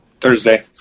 thursday